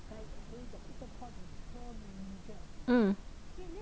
mm